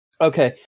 Okay